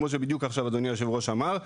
כמו שבדיוק אדוני יושב הראש אמר,